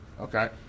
okay